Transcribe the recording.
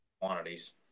quantities